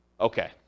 okay